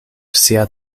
sia